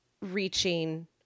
reaching